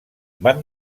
van